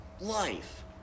life